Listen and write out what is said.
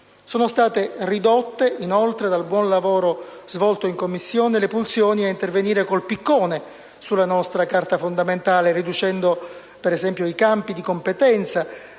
Sono state ridotte, inoltre, dal buon lavoro svolto in Commissione, le pulsioni a intervenire con il piccone sulla nostra Carta fondamentale, riducendo, per esempio, i campi di competenza